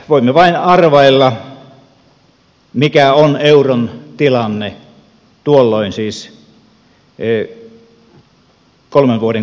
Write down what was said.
voimme vain arvailla mikä on euron tilanne tuolloin siis kolmen vuoden kuluttua